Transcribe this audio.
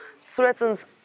threatens